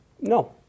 No